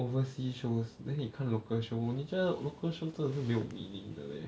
overseas shows then 你看 local shows 你觉得 local shows 真的是没有 meaning 的 leh